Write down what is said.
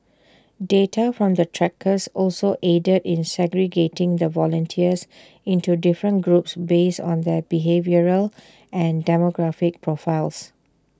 data from the trackers also aided in segregating the volunteers into different groups based on their behavioural and demographic profiles